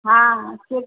हा